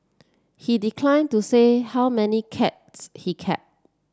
he declined to say how many cats he kept